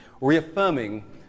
reaffirming